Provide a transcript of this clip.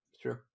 true